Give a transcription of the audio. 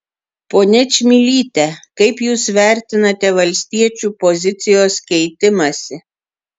ponia čmilyte kaip jūs vertinate valstiečių pozicijos keitimąsi